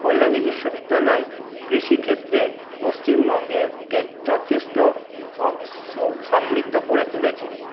কল্যাণী বিশ্ববিদ্যালয় কৃষি ক্ষেত্রে পশ্চিমবঙ্গকে যথেষ্ট অ সমৃদ্ধ করে তুলেছে